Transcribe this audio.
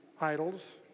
idols